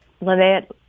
Lynette